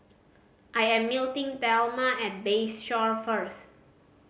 I am meeting Thelma at Bayshore first